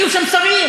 היו שם שרים.